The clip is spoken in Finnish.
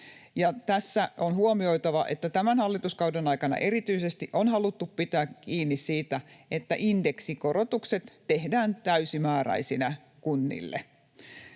Tässä on huomioitava, että tämän hallituskauden aikana erityisesti on haluttu pitää kiinni siitä, että indeksikorotukset tehdään täysimääräisinä kunnille.